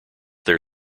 their